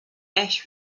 ash